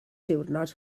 diwrnod